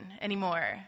anymore